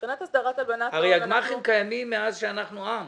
הרי הגמ"חים קיימים מאז שאנחנו עם.